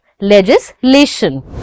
legislation